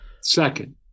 second